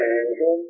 angel